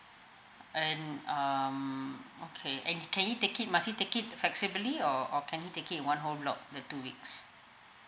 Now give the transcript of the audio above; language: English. and um okay and can he take it must he take it flexibly or or can he take it in one whole block the two weeks